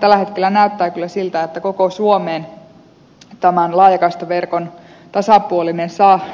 tällä hetkellä näyttää kyllä siltä että tulee olemaan todella haasteellista tämän laajakaistaverkon tasapuolinen